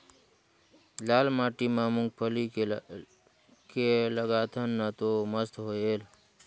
लाल माटी म मुंगफली के लगाथन न तो मस्त होयल?